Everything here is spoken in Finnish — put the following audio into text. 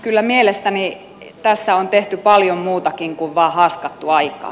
kyllä mielestäni tässä on tehty paljon muutakin kuin vain haaskattu aikaa